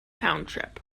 township